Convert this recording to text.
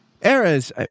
eras